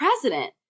president